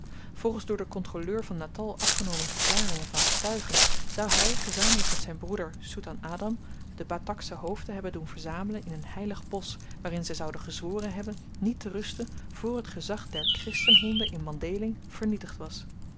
volgens door den kontroleur van natal afgenomen verklaringen van getuigen zou hy gezamenlyk met zyn broeder soetan adam de battaksche hoofden hebben doen verzamelen in een heilig bosch waarin zy zouden gezworen hebben niet te rusten voor t gezag der christenhonden in mandhéling vernietigd was